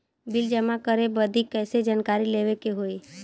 Bill जमा करे बदी कैसे जानकारी लेवे के होई?